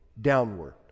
downward